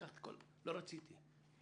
לא רציתי,